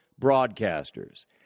broadcasters